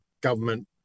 government